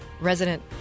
resident